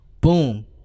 Boom